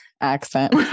accent